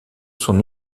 son